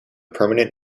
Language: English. permanent